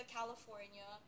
California